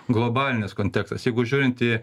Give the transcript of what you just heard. globalinis kontekstas jeigu žiūrint į